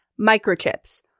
microchips